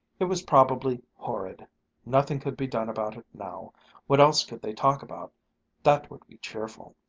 it was probably horrid nothing could be done about it now what else could they talk about that would be cheerful?